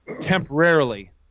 temporarily